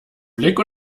blick